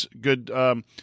Good